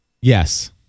Yes